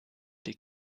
den